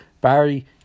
Barry